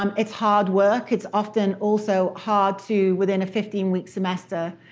um it's hard work. it's often also hard to, within a fifteen week semester,